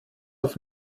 auf